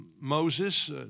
Moses